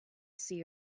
see